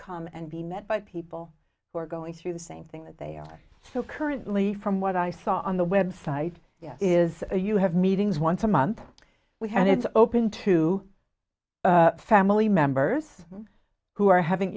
come and be met by people who are going through the same thing that they are so currently from what i saw on the website is you have meetings once a month we have it's open to family members who are having